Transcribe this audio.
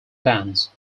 bands